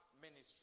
ministry